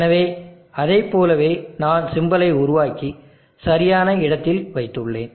எனவே அதைப் போலவே நான் சிம்பலை உருவாக்கி சரியான இடத்தில் வைத்துள்ளேன்